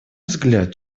взгляд